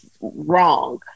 wrong